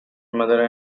mother